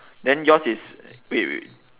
then yours is wait wait